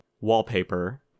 wallpaper